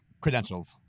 credentials